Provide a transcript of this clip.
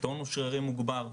טונוס שרירים מוגבר.